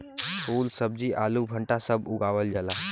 फूल सब्जी आलू भंटा सब उगावल जाला